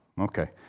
Okay